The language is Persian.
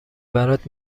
برات